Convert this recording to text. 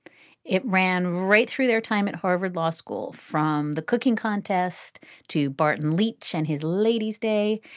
it ran right through their time at harvard law school from the cooking contest to barton leach and his ladies day.